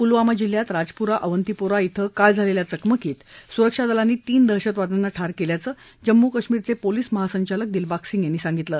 पुलवामा जिल्ह्यात राजपुरा अवन्तीपोरा कें काल झालेल्या चकमकीत सुरक्षा दलांनी तीन दहशतवाद्यांना ठार केल्याचं जम्मू कश्मीरचे पोलीस महासंचालक दिलबाग सिंह यांनी सांगितलं